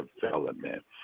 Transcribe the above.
development